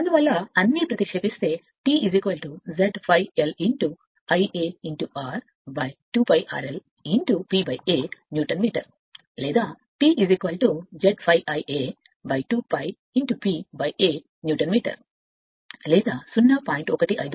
అందువల్ల అన్నీ ప్రతిక్షేపిస్తే T Z∅L Ia r 2 πr l P Aన్యూటన్ మీటర్ లేదా T Z∅ Ia 2 π P A newton metre లేదా 0